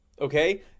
Okay